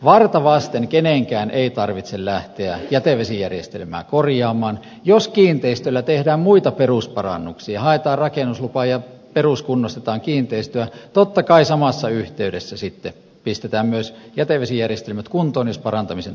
varta vasten kenenkään ei tarvitse lähteä jätevesijärjestelmää korjaamaan jos kiinteistössä tehdään muita perusparannuksia haetaan rakennuslupaa ja peruskunnostetaan kiinteistöä totta kai samassa yhteydessä sitten pistetään myös jätevesijärjestelmät kuntoon jos parantamisen tarvetta on